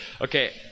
Okay